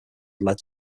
led